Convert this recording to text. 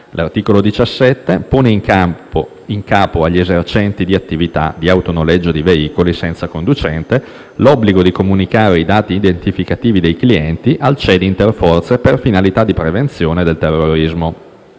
L'articolo 17 pone in capo agli esercenti di attività di autonoleggio di veicoli senza conducente l'obbligo di comunicare i dati identificativi dei clienti al CED interforze per finalità di prevenzione del terrorismo.